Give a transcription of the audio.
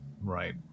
Right